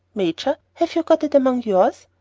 major, have you got it among yours?